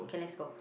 okay let's go